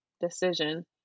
decision